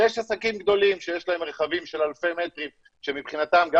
ויש עסקים גדולים שיש להם מרחבים של אלפי מטרים שמבחינתם גם